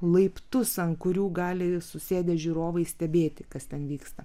laiptus ant kurių gali susėdę žiūrovai stebėti kas ten vyksta